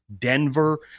denver